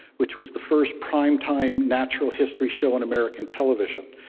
which was the first prime time natural history show in american television,